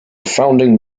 founding